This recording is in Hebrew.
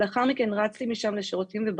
לאחר מכן, רצתי משם לשירותים ובכיתי.